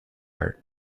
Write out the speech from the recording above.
art